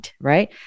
right